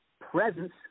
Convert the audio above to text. presence